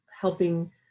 helping